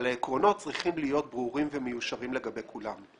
אבל העקרונות צריכים להיות ברורים ומיושרים לגבי כולם.